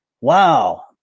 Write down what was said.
wow